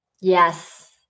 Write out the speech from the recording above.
Yes